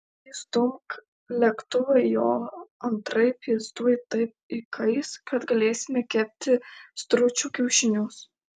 įstumk lėktuvą į olą antraip jis tuoj taip įkais kad galėsime kepti stručių kiaušinius